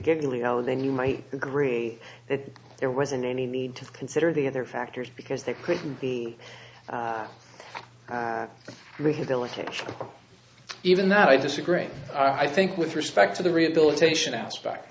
giggling alan then you might agree that there wasn't any need to consider the other factors because they couldn't be rehabilitated or even that i disagree i think with respect to the rehabilitation aspect